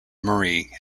marie